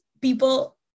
people